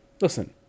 Listen